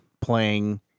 playing